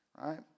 right